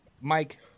Mike